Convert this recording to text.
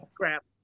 crap